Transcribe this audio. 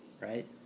right